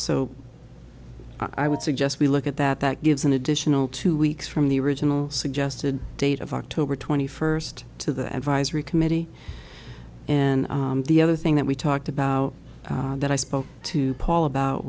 so i would suggest we look at that that gives an additional two weeks from the original suggested date of october twenty first to the advisory committee and the other thing that we talked about that i spoke to paul about